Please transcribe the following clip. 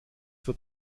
wird